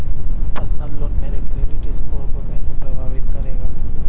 Personal loan मेरे credit score को कैसे प्रभावित करेगा?